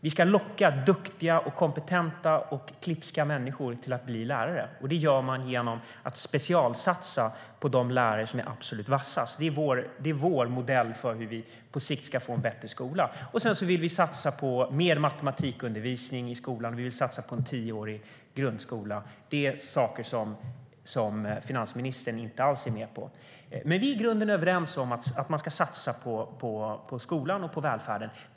Vi ska locka duktiga, kompetenta och klipska människor att bli lärare, och det gör man genom att specialsatsa på de lärare som är absolut vassast. Det är vår modell för hur vi på sikt ska få en bättre skola. Sedan vill vi även satsa på mer matematikundervisning i skolan och på en tioårig grundskola. Det är saker som finansministern inte alls är med på. Vi är dock i grunden överens om att man ska satsa på skolan och på välfärden.